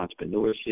entrepreneurship